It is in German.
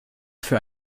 für